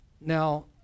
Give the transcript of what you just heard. Now